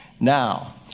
Now